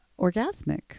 orgasmic